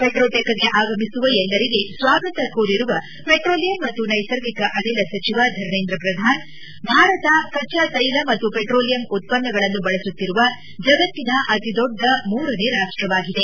ಪೆಟ್ರೋಟೆಕ್ಗೆ ಆಗಮಿಸುವ ಎಲ್ಲರಿಗೆ ಸ್ವಾಗತ ಕೋರಿರುವ ಪೆಟ್ರೋಲಿಯಂ ಮತ್ತು ನೈಸರ್ಗಿಕ ಅನಿಲ ಸಚಿವ ಧರ್ಮೇಂದ್ರ ಪ್ರಧಾನ್ ಭಾರತ ಕಚ್ಲಾ ತೈಲ ಮತ್ತು ಪೆಟ್ರೋಲಿಯಂ ಉತ್ಪನ್ನಗಳನ್ನು ಬಳಸುತ್ತಿರುವ ಜಗತ್ತಿನ ಅತಿದೊಡ್ಡ ಮೂರನೇ ರಾಷ್ಲವಾಗಿದೆ